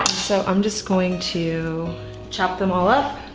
so i'm just going to chop them all up.